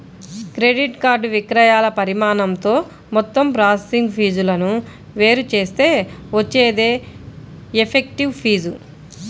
credit card విక్రయాల పరిమాణంతో మొత్తం ప్రాసెసింగ్ ఫీజులను వేరు చేస్తే వచ్చేదే ఎఫెక్టివ్ ఫీజు